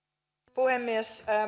puhemies